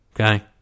okay